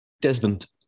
Desmond